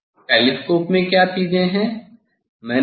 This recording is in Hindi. टेलीस्कोप में क्या चीजें हैं